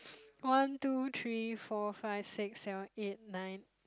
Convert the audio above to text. one two three four five six seven eight nine